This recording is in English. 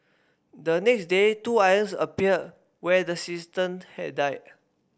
the next day two islands appeared where the sistant had died